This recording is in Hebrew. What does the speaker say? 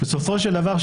בסופו של דבר,